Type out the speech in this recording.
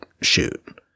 shoot